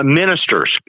ministers